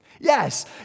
Yes